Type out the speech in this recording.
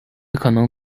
可能